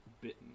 bitten